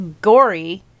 gory